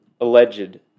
alleged